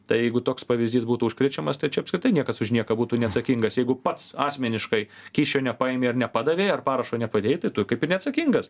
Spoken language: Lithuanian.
tai jeigu toks pavyzdys būtų užkrečiamas tai čia apskritai niekas už nieką būtų neatsakingas jeigu pats asmeniškai kyšio nepaėmei ar nepadavei ar parašo nepadėjai tai tu kaip ir neatsakingas